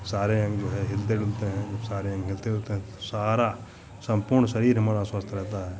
सारे अंग जो है हिलते डुलते हैं जब सारे अंग हिलते डुलते हैं तो सारा सम्पूर्ण शरीर हमारा स्वस्थ रहता है